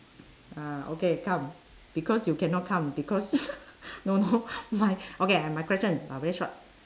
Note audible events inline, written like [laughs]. ah okay calm because you cannot calm because [laughs] no no my okay I my question uh very short